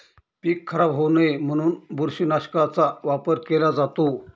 पीक खराब होऊ नये म्हणून बुरशीनाशकाचा वापर केला जातो